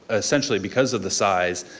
essentially because of the size,